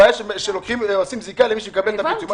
הבעיה שעושים זיקה למי שמקבל פיצוי.